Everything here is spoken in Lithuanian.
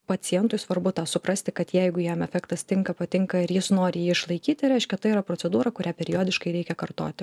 pacientui svarbu tą suprasti kad jeigu jam efektas tinka patinka ir jis nori jį išlaikyti reiškia tai yra procedūra kurią periodiškai reikia kartoti